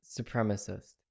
supremacist